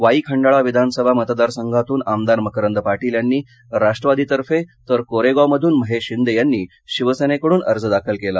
वाई खंडाळाविधानसभा मतदार संघातून आमदार मकरंद पाटील यांनी राष्ट्रवादीतर्फे तर कोरेगाव मधून महेश शिंदे यांनी शिवसेने कडून अर्ज दाखल केला